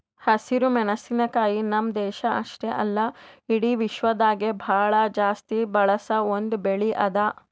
ಹಸಿರು ಮೆಣಸಿನಕಾಯಿ ನಮ್ಮ್ ದೇಶ ಅಷ್ಟೆ ಅಲ್ಲಾ ಇಡಿ ವಿಶ್ವದಾಗೆ ಭಾಳ ಜಾಸ್ತಿ ಬಳಸ ಒಂದ್ ಬೆಳಿ ಅದಾ